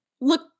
look